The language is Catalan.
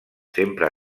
sempre